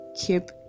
Keep